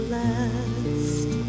last